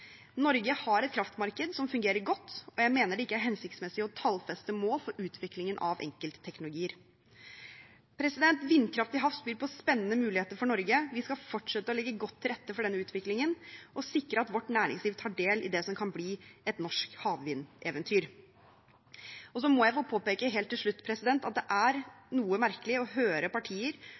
Norge har et kraftmarked som fungerer godt, og jeg mener det ikke er hensiktsmessig å tallfeste mål for utviklingen av enkeltteknologier. Vindkraft til havs byr på spennende muligheter for Norge. Vi skal fortsette å legge godt til rette for denne utviklingen og sikre at vårt næringsliv tar del i det som kan bli et norsk havvindeventyr. Og så må jeg få påpeke helt til slutt at det er noe merkelig å høre partier